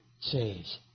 says